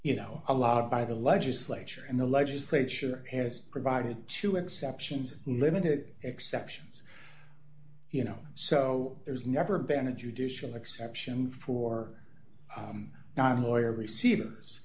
you know a lot by the legislature and the legislature has provided two exceptions limited exceptions you know so there's never been a judicial exception for not lawyer receivers